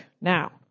Now